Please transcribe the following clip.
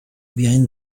behind